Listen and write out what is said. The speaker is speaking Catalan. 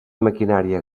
maquinària